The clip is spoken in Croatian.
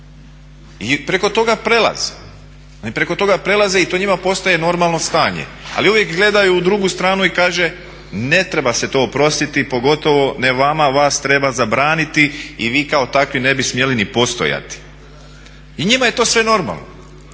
preko toga prelazi i to njima postaje normalo stanje, ali uvijek gledaju u drugu stranu i kaže ne treba se to oprostiti pogotovo ne vama, vas treba zabraniti i vi kao takvi ne bi smjeli ni postojati. I njima je to sve normalno.